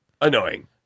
Annoying